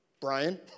Brian